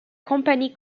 company